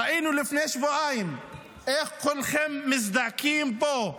ראינו לפני שבועיים איך כולכם מזדעקים פה,